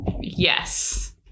yes